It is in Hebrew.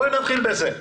בואו נתחיל בזה.